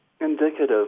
indicative